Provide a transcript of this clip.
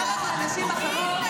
אתם קובעים לכל הקבוצה החרדית,